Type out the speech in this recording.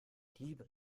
liebe